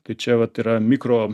tai čia vat yra mikro